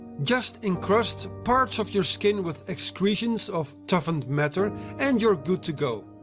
just encrust parts of your skin with excretions of toughened matter and you're good to go.